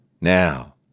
Now